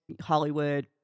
Hollywood